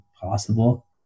possible